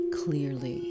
clearly